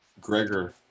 Gregor